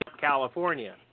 California